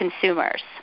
consumers